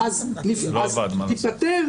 לתוך החוק.